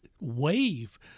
wave